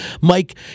Mike